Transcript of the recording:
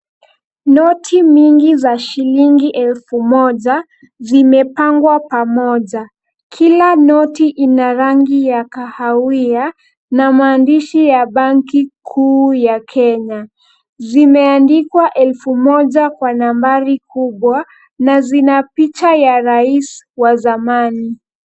Noti mingi za shilingi elfu moja zimepangwa pamoja. Kila noti ina rangi ya kahawia na maandishi ya benki kuu ya Kenya. Zimeandikwa elfu moja kwa nambari kubwa na zina picha ya rais wa zamani.